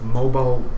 mobile